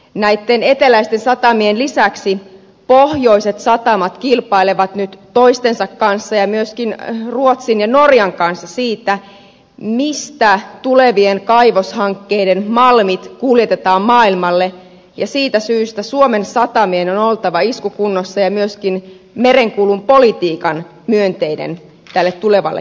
näitten eteläisten satamien lisäksi pohjoiset satamat kilpailevat nyt toistensa kanssa ja myöskin ruotsin ja norjan kanssa siitä mistä tulevien kaivoshankkeiden malmit kuljetetaan maailmalle ja siitä syystä suomen satamien on oltava iskukunnossa ja myöskin merenkulun politiikan myönteinen tälle tulevalle kehitykselle